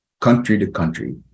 country-to-country